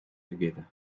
together